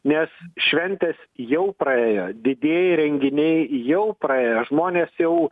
nes šventės jau praėjo didieji renginiai jau praėjo žmonės jau